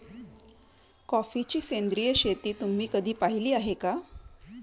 कॉफीची सेंद्रिय शेती तुम्ही कधी पाहिली आहे का?